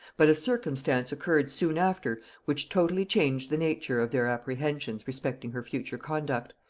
but a circumstance occurred soon after which totally changed the nature of their apprehensions respecting her future conduct,